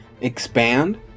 expand